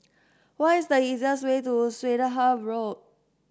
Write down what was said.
what is the easiest way to Swettenham Road